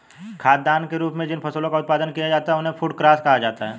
खाद्यान्न के रूप में जिन फसलों का उत्पादन किया जाता है उन्हें फूड क्रॉप्स कहा जाता है